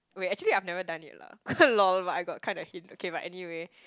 wait actually I've never done it lah lol but I got kind of hint but okay